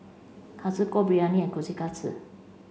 Kalguksu Biryani and Kushikatsu